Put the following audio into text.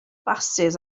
basys